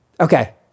Okay